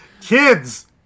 Kids